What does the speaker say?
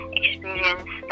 experience